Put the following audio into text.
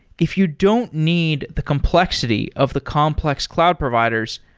if you don't need the complexity of the complex cloud providers,